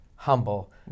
humble